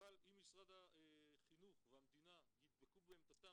אבל אם משרד החינוך והמדינה ידבקו בעמדתם